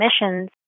emissions